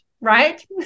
right